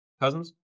Cousins